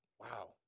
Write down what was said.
wow